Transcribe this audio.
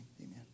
amen